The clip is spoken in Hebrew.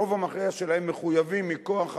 הרוב המכריע שלהם מחויבים, מכוח החוק,